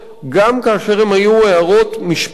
גם כאשר הן היו הערות משפטיות,